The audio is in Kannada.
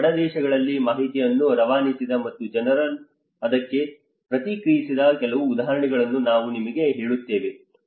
ಬಡ ದೇಶಗಳಲ್ಲಿ ಮಾಹಿತಿಯನ್ನು ರವಾನಿಸದ ಮತ್ತು ಜನರು ಅದಕ್ಕೆ ಪ್ರತಿಕ್ರಿಯಿಸದ ಕೆಲವು ಉದಾಹರಣೆಗಳನ್ನು ನಾನು ನಿಮಗೆ ಹೇಳುತ್ತೇನೆ